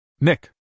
Nick